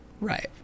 right